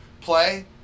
play